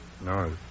No